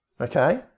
Okay